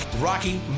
Rocky